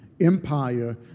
Empire